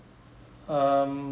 um